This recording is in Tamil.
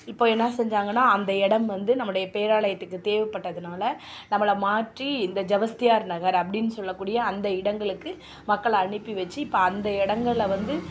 இப்போது என்ன செஞ்சாங்கன்னா அந்த இடம் வந்து நம்மளுடைய பேராலயத்துக்கு தேவைப்பட்டதுனால நம்மளை மாற்றி இந்த ஜெபஸ்தியார் நகர் அப்படினு சொல்லக்கூடிய அந்த இடங்களுக்கு மக்களை அனுப்பி வச்சு இப்போ அந்த இடங்கள வந்து